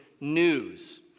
news